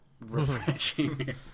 refreshing